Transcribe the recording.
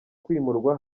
kwimurwa